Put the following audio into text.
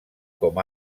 com